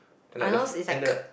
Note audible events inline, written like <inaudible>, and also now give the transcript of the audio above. Arnold's is like <noise>